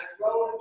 road